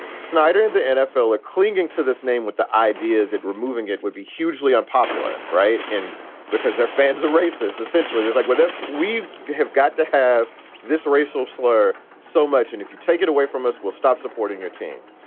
snyder and the nfl are clinging to this name with the idea that removing it would be hugely unpopular. right. and because their fans are racist. essentially, there's like with if we have got to have this racial slur so much and if you take it away from us, we'll stop supporting your team.